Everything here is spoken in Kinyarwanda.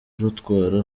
rutwara